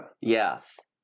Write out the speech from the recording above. Yes